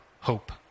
hope